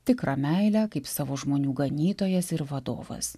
tikrą meilę kaip savo žmonių ganytojas ir vadovas